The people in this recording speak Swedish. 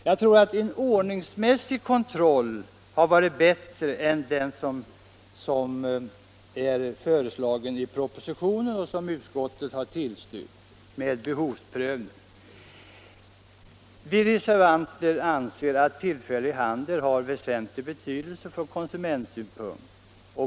Jag tror att en ordningsmässig kontroll hade varit bättre än den i propositionen av utskottet tillstyrkta behovsprövningen. Vi reservanter anser att tillfällig handel har väsentlig betydelse ur konsumentsynpunkt.